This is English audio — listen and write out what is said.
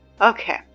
Okay